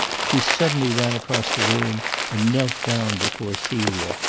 she suddenly ran across the room and knelt down before celia.